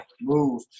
move